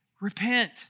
repent